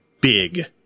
big